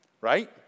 Right